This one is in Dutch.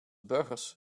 burgers